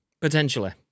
Potentially